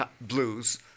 blues